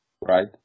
right